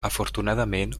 afortunadament